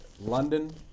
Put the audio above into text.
London